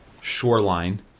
shoreline